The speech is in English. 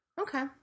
Okay